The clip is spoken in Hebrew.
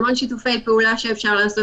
המון שיתופי פעולה שאפשר לעשות,